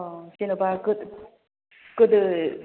अह जेन'बा गोद गोदो